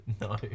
No